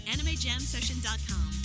AnimeJamSession.com